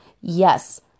Yes